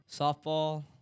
softball